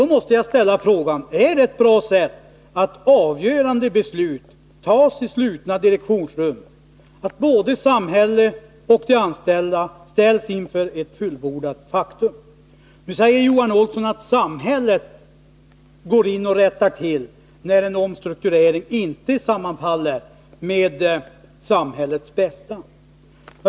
Jag måste ställa frågan, om det är ett bra sätt att avgörande beslut fattas i slutna direktionsrum, så att både samhället och de anställda ställs inför ett fullbordat faktum. Johan Olsson säger att samhället går in och rättar till förhållandena när resultatet av en omstrukturering inte sammanfaller med samhällets bästa.